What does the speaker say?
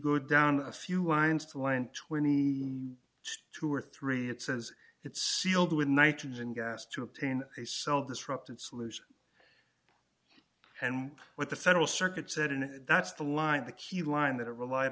go down a few ions to line twenty two or three it says it's sealed with nitrogen gas to obtain a cell disrupted solution and what the federal circuit said and that's the line the key line that it relied